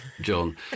John